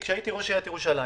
כשהייתי ראש עיריית ירושלים,